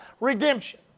redemption